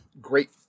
Great